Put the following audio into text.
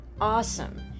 awesome